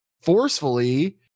forcefully